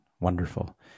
Wonderful